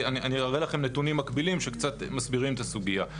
כי אני אראה לכם נתונים מקבילים שקצת מסבירים את הסוגיה.